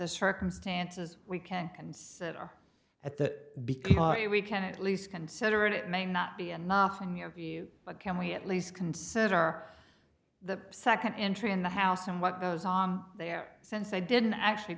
the circumstances we can't consider at that because we can at least consider it it may not be enough in your view but can we at least consider the second entry in the house and what goes on there since i didn't actually